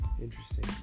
interesting